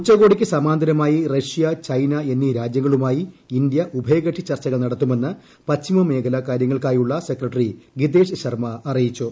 ഉച്ചകോടിക്ക് സമാന്തരമായി Russia China എന്നീ രാജ്യങ്ങളുമായി ഇന്ത്യ ഉഭയകക്ഷി ചർച്ചകൾ നടത്തുമെന്ന് പശ്ചിമ മേഖല കാര്യങ്ങൾക്കായുള്ള സ്രെക്രട്ടറി ഗിതേഷ് ശർമ്മ അറിയിച്ചു